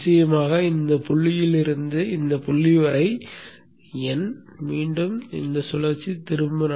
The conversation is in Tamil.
நிச்சயமாக இந்த புள்ளியில் இருந்து இந்த புள்ளி வரை ᴨ மீண்டும் சுழற்சி திரும்ப வருகிறது